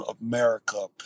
America